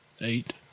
eight